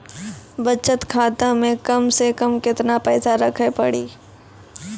बचत खाता मे कम से कम केतना पैसा रखे पड़ी?